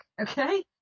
Okay